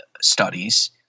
studies